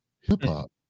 Hip-hop